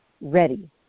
ready